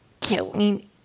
killing